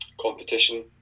competition